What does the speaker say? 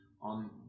on